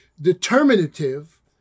determinative